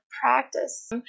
practice